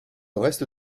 reste